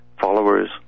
Followers